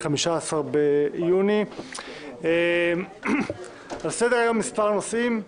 15 ביוני 2020. על סדר היום מספר נושאים.